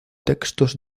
textos